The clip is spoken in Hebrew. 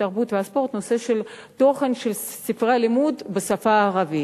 התרבות והספורט את הנושא של התוכן של ספרי לימוד בשפה הערבית.